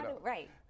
Right